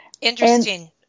Interesting